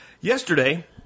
Yesterday